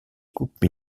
coupes